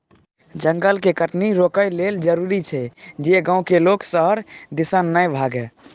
जंगल के कटनी रोकइ लेल जरूरी छै जे गांव के लोक शहर दिसन नइ भागइ